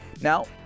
Now